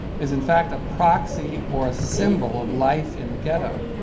is, in fact, a proxy or a symbol of life in the ghetto,